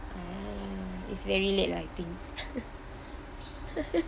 uh it's very late lah I think